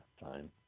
Fine